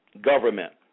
Government